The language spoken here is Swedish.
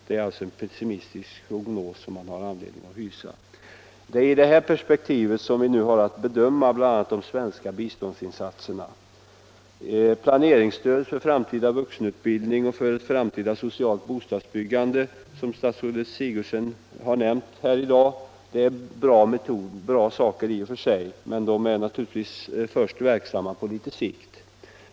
Det är alltså en pessimistisk prognos man har anledning att ställa. Det är i detta perspektiv vi nu har att bedöma bl.a. de svenska biståndsinsatserna. Planeringsstödet för framtida vuxenutbildning och för framtida socialt bostadsbyggande, som statsrådet Sigurdsen nämnt i dag, är bra i och för sig men är naturligtvis verksamt först på litet längre sikt.